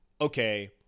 okay